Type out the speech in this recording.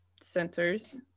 Centers